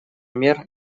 мер